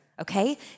Okay